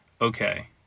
Okay